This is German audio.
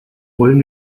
wollen